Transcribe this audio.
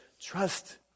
Trust